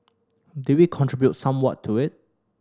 did we contribute somewhat to it